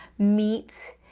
meat,